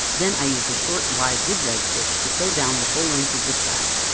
then i used a short, wide zigzag stitch to sew down the full length of the strap.